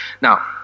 Now